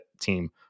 team